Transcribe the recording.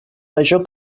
major